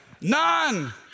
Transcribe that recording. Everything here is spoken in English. None